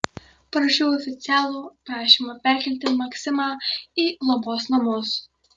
parašiau oficialų prašymą perkelti maksimą į globos namus